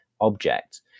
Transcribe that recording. object